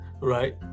right